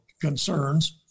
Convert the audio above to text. concerns